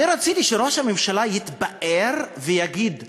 אני רציתי שראש הממשלה יתפאר ויגיד "אדיר"